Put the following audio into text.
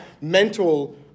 mental